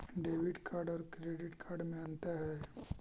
Debit card और credit card में अन्तर है?